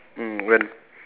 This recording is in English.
mm when